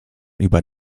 über